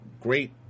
great